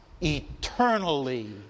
eternally